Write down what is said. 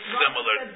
similar